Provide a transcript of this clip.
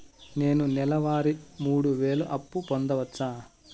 నేను నెల వారి మూడు వేలు అప్పు పొందవచ్చా?